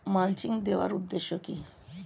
Mulching দেওয়ার উদ্দেশ্য কি?